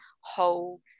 whole